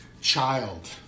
child